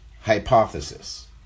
hypothesis